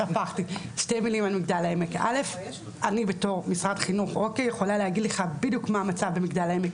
אני בתור משרד חינוך יכולה להגיד לך בדיוק מה המצב במגדל העמק,